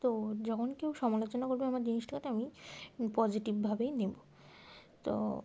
তো যখন কেউ সমালোচনা করবে আমার জিনিসটাকে আমি পজিটিভভাবেই নেব তো